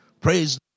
Praise